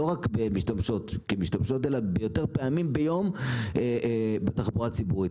הן נוסעות גם יותר פעמים ביום בתחבורה הציבורית.